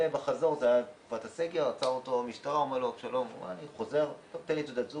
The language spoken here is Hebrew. זה היה בתקופת הסגר והמשטרה עצרה אותו ואמרה לו שהוא חולה קורונה.